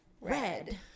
Red